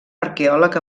arqueòleg